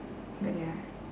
but ya